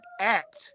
act